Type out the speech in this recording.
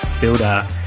builder